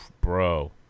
bro